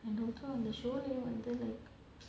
இது வரைக்கும் அந்த வந்து:ithu varaikum antha vanthu